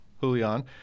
Julian